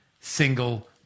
single